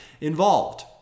involved